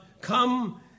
come